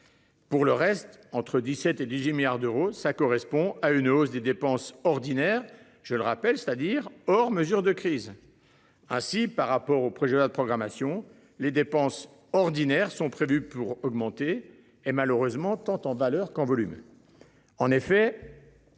Pour le reste entre 17 et 18 milliards d'euros. Ça correspond à une hausse des dépenses ordinaires, je le rappelle, c'est-à-dire hors mesures de crise. Ainsi, par rapport au projet programmation les dépenses ordinaires sont prévus pour augmenter et malheureusement tant en valeur qu'en volume.